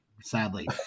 sadly